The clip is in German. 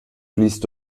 fließt